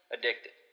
Addicted